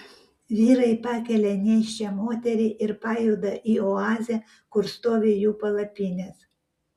vyrai pakelia nėščią moterį ir pajuda į oazę kur stovi jų palapinės